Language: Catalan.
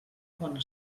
bona